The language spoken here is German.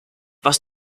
was